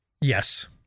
yes